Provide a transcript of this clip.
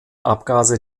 abgase